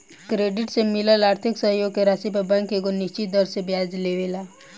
credit से मिलल आर्थिक सहयोग के राशि पर बैंक एगो निश्चित दर से ब्याज लेवेला